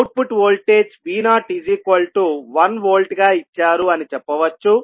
output voltage Vo1Vగా ఇచ్చారు అని చెప్పవచ్చు